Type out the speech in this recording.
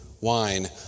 wine